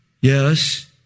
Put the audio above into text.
Yes